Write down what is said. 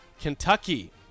Kentucky